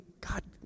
God